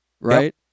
right